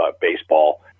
Baseball